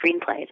screenplays